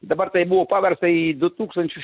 dabar tai buvo paversta į du tūkstančius